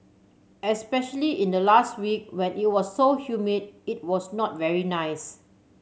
especially in the last week when it was so humid it was not very nice